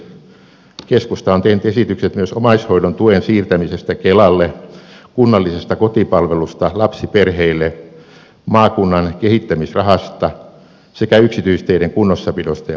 keskusta on tehnyt esitykset myös omaishoidon tuen siirtämisestä kelalle kunnallisesta kotipalvelusta lapsiperheille maakunnan kehittämisrahasta sekä yksityisteiden kunnossapidosta ja parantamisesta